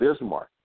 Bismarck